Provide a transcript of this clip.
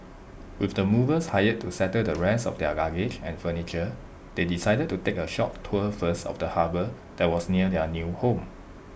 with the movers hired to settle the rest of their luggage and furniture they decided to take A short tour first of the harbour that was near their new home